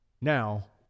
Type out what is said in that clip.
Now